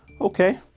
Okay